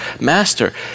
master